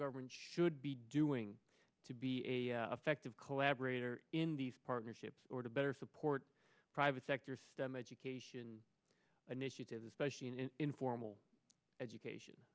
government should be doing to be a effective collaborator in these partnerships or to better support private sector stem education initiatives especially in informal education